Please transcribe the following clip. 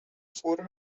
four